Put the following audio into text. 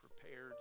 prepared